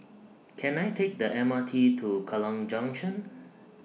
Can I Take The M R T to Kallang Junction